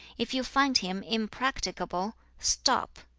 if you find him impracticable, stop.